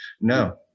No